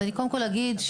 אני אגיד,